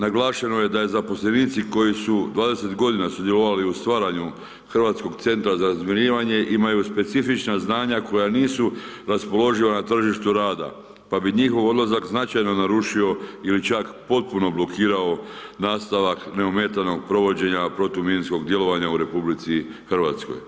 Naglašeno je da je zaposlenici koji su 20 godina sudjelovali u stvaranju Hrvatskog centra za razminiranje, imaju specifična znanja koja nisu raspoloživa na tržištu rada, pa bi njihov odlazak značajno narušio ili čak potpuno blokirao nastavak neometanog provođenja protuminskog djelovanja u Republici Hrvatskoj.